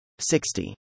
60